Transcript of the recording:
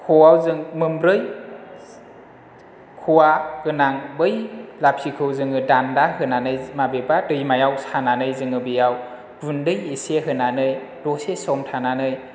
ख'वाव जों मोनब्रै ख' गोनां बै लाफिखौ जोङो दान्दा होनानै माबेबा दैमायाव सानानै जोङो बेयाव गुन्दै एसे होनानै दसे सम थानानै